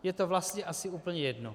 Je to vlastně asi úplně jedno.